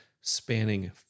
spanning